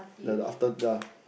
the after yeah